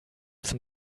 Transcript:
zum